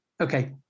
okay